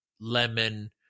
lemon